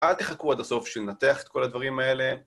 אל תחכו עד הסוף שננתח את כל הדברים האלה.